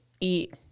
eat